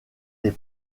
les